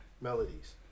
Melodies